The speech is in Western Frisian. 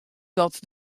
dat